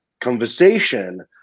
conversation